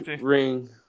ring